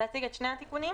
את שני התיקונים.